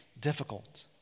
difficult